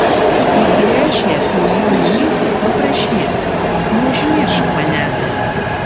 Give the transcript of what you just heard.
kai gręšies nuo jų nueiti paprašys neužmiršk manęs